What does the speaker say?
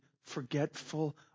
forgetful